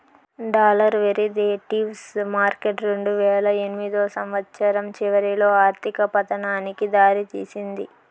dollar derivatives market రెండువేల ఎనిమిదో సంవచ్చరం చివరిలో ఆర్థిక పతనానికి దారి తీసింది